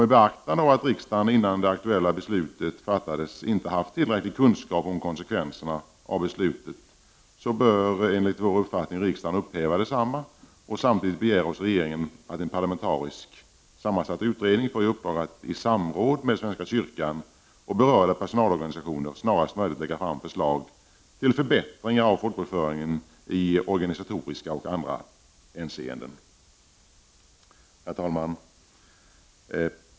Med beaktande av att riksdagen inte innan det aktuella beslutet fattades haft tillräcklig kunskap om konsekvenserna om beslutet, bör riksdagen upphäva detsamma och samtidigt begära hos regeringen att en parlamentariskt sammansatt utredning får i uppdrag att i samråd med svenska kyrkan och berörda personalorganisationer snarast möjligt lägga fram förslag till förbättringar av folkbokföringen i organisatoriska och andra hänseenden. Herr talman!